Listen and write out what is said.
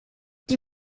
die